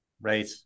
Right